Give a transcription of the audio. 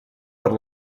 per